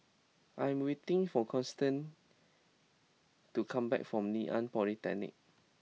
I am waiting for Constantine to come back from Ngee Ann Polytechnic